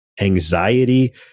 anxiety